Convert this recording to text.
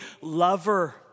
lover